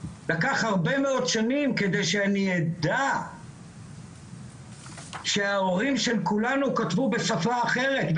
לקח הרבה מאוד שנים כדי שאני אדע שההורים של כולנו כתבו בשפה אחרת,